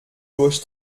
durch